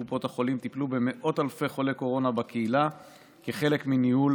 קופות החולים טיפלו במאות אלפי חולי קורונה בקהילה כחלק מניהול